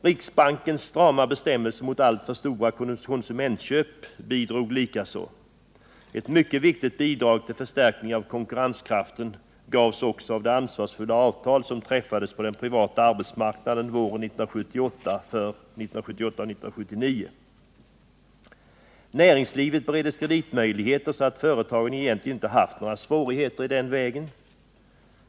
Riksbankens strama bestämmelser mot alltför stora konsumentköp bidrog likaså. Ett mycket viktigt bidrag till förstärkning av konkurrenskraften gavs också av det ansvarsfulla avtal som träffades på den privata arbetsmarknaden våren 1978 för 1978 och 1979. Näringslivet bereddes kreditmöjligheter, så att företagen egentligen inte har haft några svårigheter i den vägen.